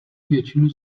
většinu